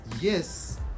yes